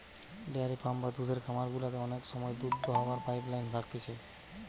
dairy farm বা দুধের খামার গুলাতে অনেক সময় দুধ দোহাবার পাইপ লাইন থাকতিছে